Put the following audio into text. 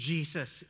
Jesus